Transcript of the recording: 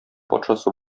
патшасы